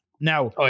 Now